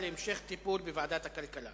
לדיון מוקדם בוועדה שתקבע ועדת הכנסת נתקבלה.